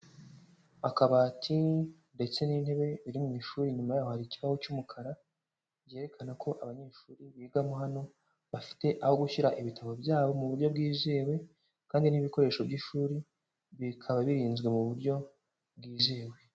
Akabati ndetse n'intebe biri mu ishuri inyuma y'aho hari ikibaho cy'umukara, byerekana ko abanyeshuri bigamo hano bafite aho gushyira ibitabo bya bo mu buryo bwizewe kandi n'ibikoresho by'ishuri bikaba birinzwe mu buryo bwizewe.